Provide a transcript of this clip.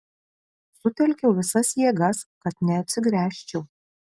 sutelkiau visas jėgas kad neatsigręžčiau